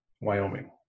wyoming